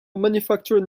manufactured